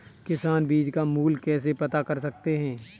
किसान बीज का मूल्य कैसे पता कर सकते हैं?